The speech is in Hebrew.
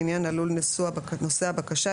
לעניין הלול נושא הבקשה,